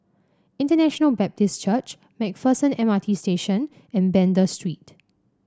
International Baptist Church MacPherson M R T Station and Banda Street